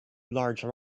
large